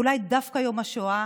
ואולי דווקא יום השואה